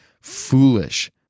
foolish